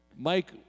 Mike